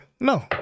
no